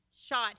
shot